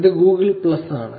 ഇത് Google Plus ആണ്